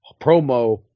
promo